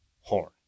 horn